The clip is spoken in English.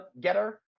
getter